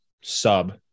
sub